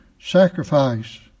sacrifice